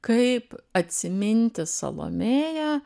kaip atsiminti salomėją